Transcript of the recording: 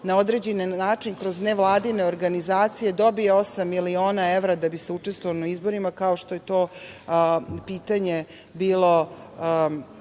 na određen način kroz nevladine organizacije dobije osam miliona evra da bi se učestvovalo na izborima, kao što je to pitanje bilo